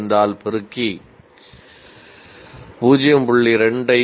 5 ஆல் பெருக்கி 0